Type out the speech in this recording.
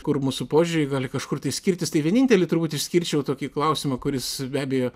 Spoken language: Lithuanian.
kur mūsų požiūriai gali kažkur tai skirtis tai vienintelį turbūt išskirčiau tokį klausimą kuris be abejo